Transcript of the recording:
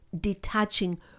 detaching